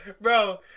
Bro